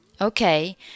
Okay